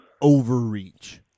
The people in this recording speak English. overreach